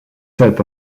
set